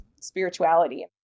spirituality